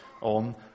on